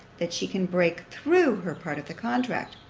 that she can break through her part of the contract,